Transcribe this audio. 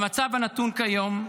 במצב הנתון כיום,